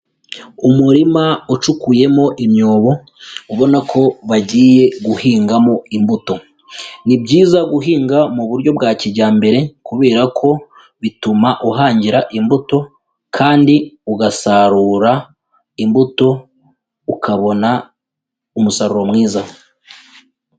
Umurima ucukuyemo imyobo, ubona ko bagiye guhingamo imbuto, ni byiza guhinga mu buryo bwa kijyambere kubera ko bituma uhangira imbuto kandi ugasarura imbuto ukabona umusaruro mwiza.